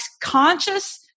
conscious